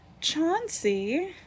Chauncey